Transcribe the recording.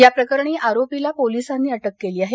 या प्रकरणी आरोपीला पोलिसांनी अटक केली आहे